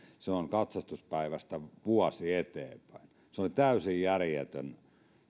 se on katsastuspäivästä vuosi eteenpäin se oli täysin järjetön